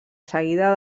seguida